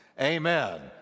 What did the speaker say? Amen